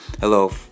Hello